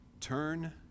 Turn